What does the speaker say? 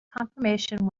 confirmation